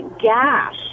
gas